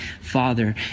father